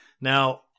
Now